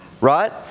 Right